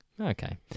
Okay